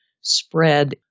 spread